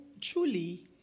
truly